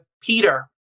Peter